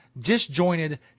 disjointed